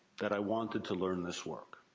that i wanted to learn this work.